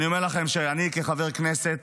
אני אומר לכם שאני כחבר הכנסת,